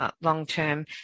long-term